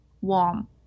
warm